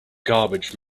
garbage